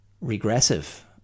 regressive